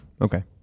Okay